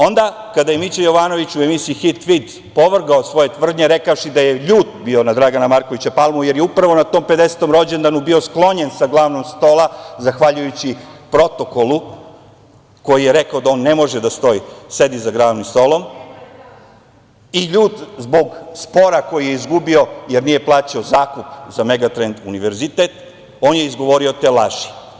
Onda kada je Mića Jovanović u emisiji „Hit tvit“, opovrgao svoje tvrdnje rekavši da je ljut bio na Dragana Markovića Palmu, jer je upravo na tom pedesetom rođendanu bio sklonjen sa glavnog stola zahvaljujući protokolu koji je rekao da on ne može da sedi za glavnim stolom i ljut zbog spora koji je izgubio jer nije plaćao zakup za Megatrend univerzitet, on je izgovorio te laži.